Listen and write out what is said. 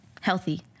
healthy